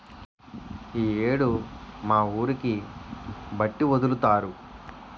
ఈ యేడు మా ఊరికి బట్టి ఒదులుతారు